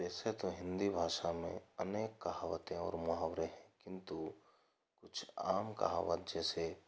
वैसे तो हिंदी भाषा में अनेक कहावतें और मुहावरे हैं किन्तु कुछ आम कहावत जैसे